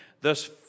Thus